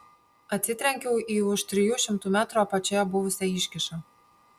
atsitrenkiau į už trijų šimtų metrų apačioje buvusią iškyšą